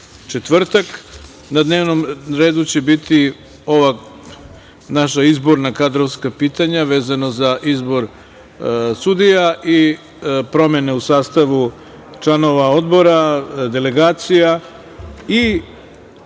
četvrtak. Na dnevnom redu će biti ova naša izborna kadrovska pitanja, vezano za izbor sudija i promene u sastavu članova odbora, delegacija.